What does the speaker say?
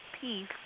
peace